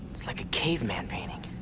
it's like a caveman painting.